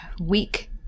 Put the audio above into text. week